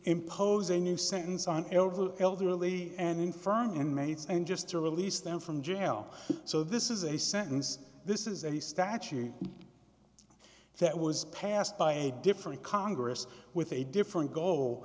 impose a new sentence on the elderly and infirm inmates and just to release them from jail so this is a sentence this is a statute that was passed by a different congress with a different goal